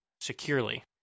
securely